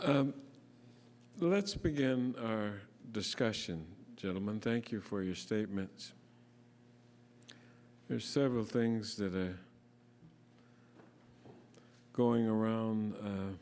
let's begin our discussion gentlemen thank you for your statements there are several things that are going around